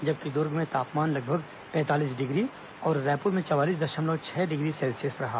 जबकि दुर्ग में तापमान लगभग पैंतालीस डिग्री और रायपुर में चवालीस दशमलव छह डिग्री सेल्सियस रहा